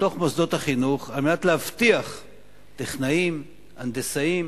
בתוך מוסדות החינוך על מנת להבטיח טכנאים, הנדסאים